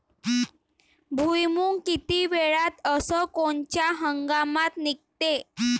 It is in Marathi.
भुईमुंग किती वेळात अस कोनच्या हंगामात निगते?